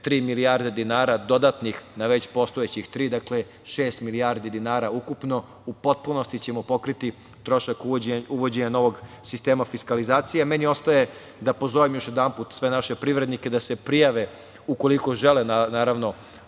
milijarde dinara dodatnih na već postojećih tri, dakle, šest milijardi dinara ukupno. U potpunosti ćemo pokriti trošak uvođenja novog sistema fiskalizacije. Meni ostaje da pozovem još jedanput sve naše privrednike da se prijave ukoliko žele naravno